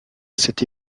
cette